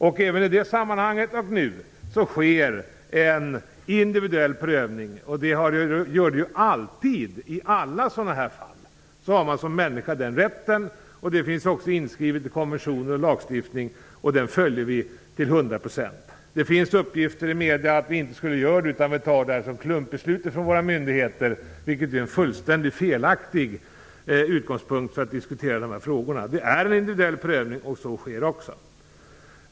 Såväl i det sammanhanget som nu sker en individuell prövning. Det gör det alltid - i alla sådana här fall. Som människa har man den rätten. Det finns också inskrivet i konventioner och lagstiftning, vilket vi följer till hundra procent. Det finns uppgifter i medier om att vi inte skulle göra det utan att myndigheterna har beslut i klump. Det är en helt felaktig utgångspunkt när man diskuterar dessa frågor. Det finns en individuell prövning och den tillämpas också.